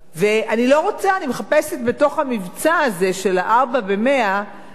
אני מחפשת בתוך המבצע הזה של ה"ארבע במאה" אני מחפשת ספר,